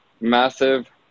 massive